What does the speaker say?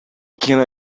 can